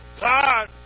God